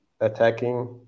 attacking